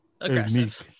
aggressive